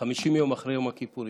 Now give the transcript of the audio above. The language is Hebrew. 50 יום אחרי יום הכיפורים.